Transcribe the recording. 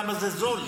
כמה זה זול.